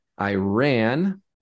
Iran